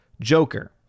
Joker